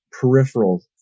peripheral